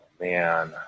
man